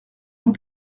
vous